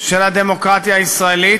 של הדמוקרטיה הישראלית.